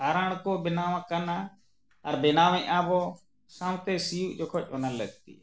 ᱟᱨᱟᱬ ᱠᱚ ᱵᱮᱱᱟᱣ ᱟᱠᱟᱱᱟ ᱟᱨ ᱵᱮᱱᱟᱣᱮᱫ ᱟᱵᱚ ᱥᱟᱶᱛᱮ ᱥᱤᱭᱳᱜ ᱡᱚᱠᱷᱚᱱ ᱚᱱᱟ ᱞᱟᱹᱠᱛᱤᱜᱼᱟ